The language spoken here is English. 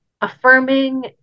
affirming